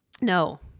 No